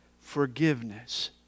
Forgiveness